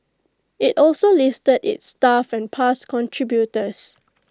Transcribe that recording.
IT also listed its staff and past contributors